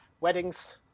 weddings